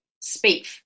speak